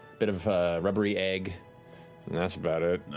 bit of rubbery egg and that's about it. a